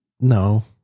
No